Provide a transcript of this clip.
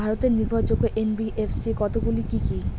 ভারতের নির্ভরযোগ্য এন.বি.এফ.সি কতগুলি কি কি?